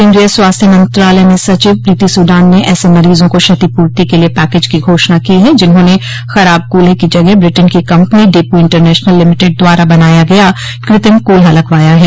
केन्द्रीय स्वास्थ्य मंत्रालय में सचिव प्रीति सूडान ने ऐसे मरीजों को क्षतिपूर्ति के लिए पैकेज की घोषणा की है जिन्होंने खराब कूल्हे की जगह ब्रिटेन की कंपनी डपू इंटरनेशनल लिमिटेड द्वारा बनाया गया कृत्रिम कूल्हा लगवाया है